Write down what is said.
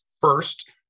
First